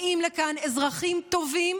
באים לכאן אזרחים טובים,